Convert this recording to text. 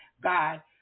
God